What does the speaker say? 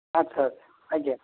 ଆଚ୍ଛା ଆଜ୍ଞା